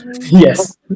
Yes